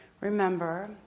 remember